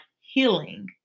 healing